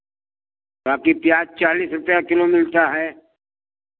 बाँकी प्याज़ चालीस रुपैया किलो मिलता है